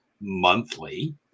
monthly